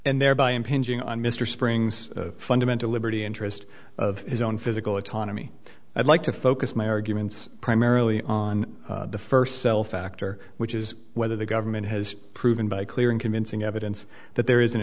and thereby impinging on mr spring's fundamental liberty interest of his own physical autonomy i'd like to focus my arguments primarily on the first cell factor which is whether the government has proven by clear and convincing evidence that there is an